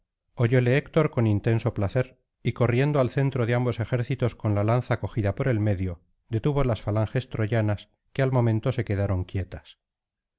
oyóle héctor con intenso placer y corriendo al centro de ambos ejércitos con la lanza cogida por el medio detuvo las falanges troyanas que al momento se quedaron quietas